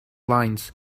lines